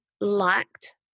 liked